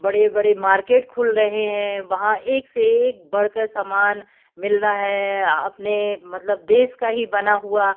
बड़े बड़े मार्केट खुल रहे हैं वहाँ एक से एक बढ़ कर समान मिल रहा है अपने मतलब देश का ही बना हुआ